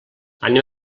anem